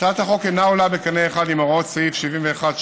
הצעת החוק אינה עולה בקנה אחד עם הוראות סעיף 71(7א)